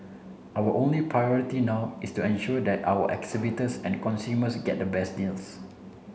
our only priority now is to ensure that our exhibitors and consumers get the best deals